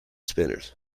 spinners